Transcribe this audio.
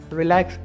relax